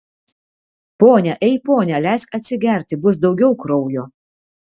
pone ei pone leisk atsigerti bus daugiau kraujo